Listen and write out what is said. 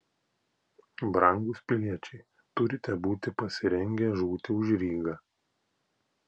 brangūs piliečiai turite būti pasirengę žūti už rygą